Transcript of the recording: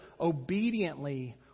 obediently